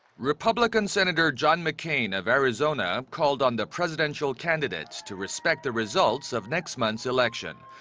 republican senator john mccain of arizona called on the presidential candidates to respect the results of next month's election.